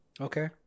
okay